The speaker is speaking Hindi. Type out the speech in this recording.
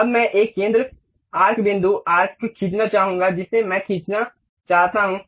अब मैं एक केंद्र आर्क बिंदु आर्क खींचना चाहूंगा जिसे मैं खींचना चाहता हूं